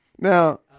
Now